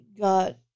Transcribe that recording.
got